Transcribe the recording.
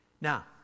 Now